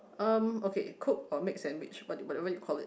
um okay cook for make sandwich what what you called it